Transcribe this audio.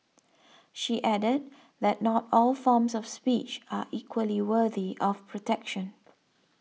she added that not all forms of speech are equally worthy of protection